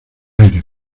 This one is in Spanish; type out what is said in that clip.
aire